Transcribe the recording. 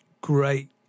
great